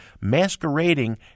masquerading